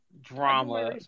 drama